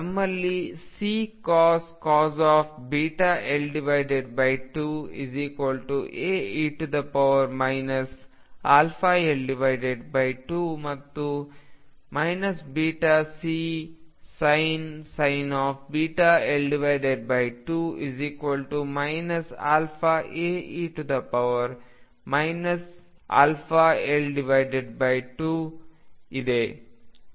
ನಮ್ಮಲ್ಲಿ Ccos βL2 Ae αL2 ಮತ್ತು βCsin βL2 αAe αL2 ಇದೆ